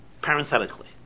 parenthetically